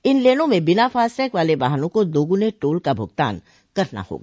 इन लेनों में बिना फास्टैग वाले वाहनों को दोगुने टोल का भुगतान करना होगा